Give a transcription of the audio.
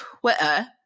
Twitter